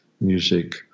music